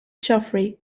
geoffrey